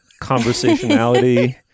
conversationality